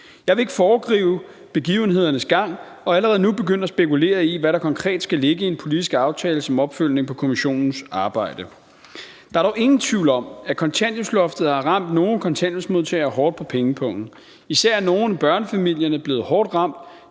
Jeg vil ikke foregribe begivenhedernes gang og allerede nu begynde at spekulere i, hvad der konkret skal ligge i en politisk aftale som opfølgning på kommissionens arbejde. Der er dog ingen tvivl om, at kontanthjælpsloftet har ramt nogle kontanthjælpsmodtagere hårdt på pengepungen. Især er nogle af børnefamilierne blevet hårdt ramt.